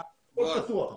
הכול פתוח.